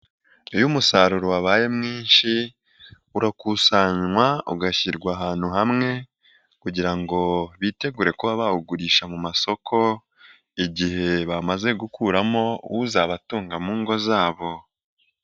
Iyo umusaruro wabaye mwinshi urakusanywa, ugashyirwa ahantu hamwe kugira ngo bitegure kuba bawugurisha mu masoko igihe bamaze gukuramo uzabatunga mu ngo zabo.